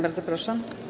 Bardzo proszę.